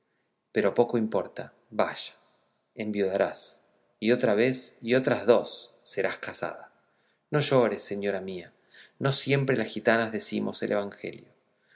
pero poco importa vaya enviudarás y otra vez y otras dos serás casada no llores señora mía que no siempre las gitanas decimos el evangelio